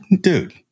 Dude